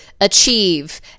achieve